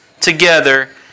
together